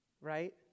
Right